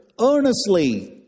earnestly